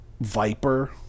Viper